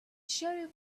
sheriff